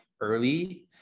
early